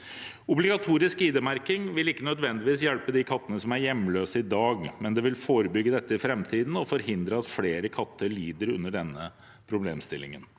Obligatorisk ID-merking vil ikke nødvendigvis hjelpe de kattene som er hjemløse i dag, men det vil forebygge dette i framtiden og forhindre at flere katter lider under denne problemstillingen.